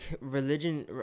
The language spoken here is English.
religion